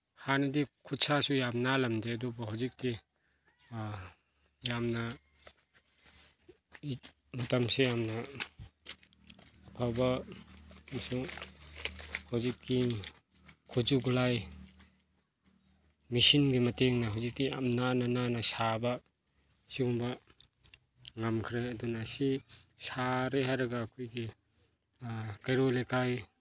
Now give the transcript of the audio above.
ꯍꯥꯟꯅꯗꯤ ꯈꯨꯠꯁꯥꯁꯨ ꯌꯥꯝ ꯅꯥꯜꯂꯝꯗꯦ ꯑꯗꯨꯕꯨ ꯍꯧꯖꯤꯛꯇꯤ ꯌꯥꯝꯅ ꯃꯇꯝꯁꯦ ꯌꯥꯝꯅ ꯑꯐꯕ ꯑꯃꯁꯨꯡ ꯍꯧꯖꯤꯛꯀꯤ ꯈꯨꯠꯁꯨ ꯈꯨꯠꯂꯥꯏ ꯃꯦꯁꯤꯟꯒꯤ ꯃꯇꯦꯡꯅ ꯍꯧꯖꯤꯛꯇꯤ ꯌꯥꯝ ꯅꯥꯟꯅ ꯅꯥꯟꯅ ꯁꯥꯕ ꯑꯁꯤꯒꯨꯝꯕ ꯉꯝꯈ꯭ꯔꯦ ꯑꯗꯨꯅ ꯁꯤ ꯁꯥꯔꯦ ꯍꯥꯏꯔꯒ ꯑꯩꯈꯣꯏꯒꯤ ꯀꯩꯔꯧꯏ ꯂꯩꯀꯥꯏ